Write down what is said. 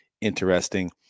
interesting